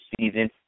season